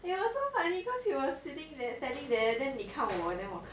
ya so funny cause he was standing there then 你看我 then 我看你